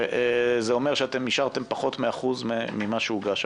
זה אומר שאתם אישרתם פחות מ-1% ממה שהוגש.